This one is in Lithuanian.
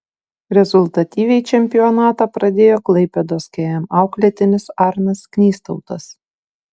rezultatyviai čempionatą pradėjo klaipėdos km auklėtinis arnas knystautas